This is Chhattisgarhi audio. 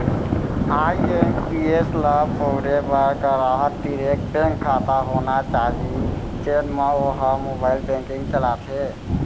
आई.एम.पी.एस ल बउरे बर गराहक तीर एक बेंक खाता होना चाही जेन म वो ह मोबाइल बेंकिंग चलाथे